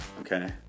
Okay